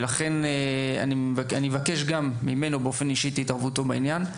ולכן אני אבקש גם ממנו באופן אישי את התערבותו בעניין,